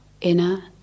inner